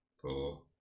four